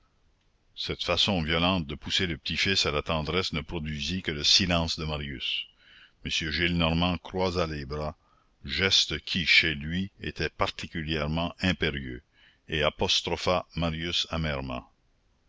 cette façon violente de pousser le petit-fils à la tendresse ne produisit que le silence de marius m gillenormand croisa les bras geste qui chez lui était particulièrement impérieux et apostropha marius amèrement